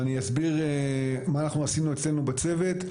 ואני אסביר מה אנחנו עשינו אצלנו בצוות.